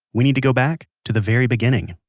we need to go back to the very beginning